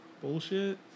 Bullshit